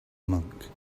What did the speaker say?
monk